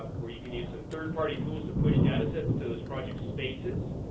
where you can use some third party tools to push datasets to those project spaces.